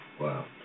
Wow